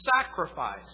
sacrifice